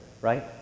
right